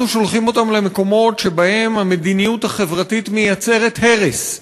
אנחנו שולחים אותם למקומות שבהם המדיניות החברתית מייצרת הרס,